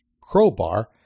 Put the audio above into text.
crowbar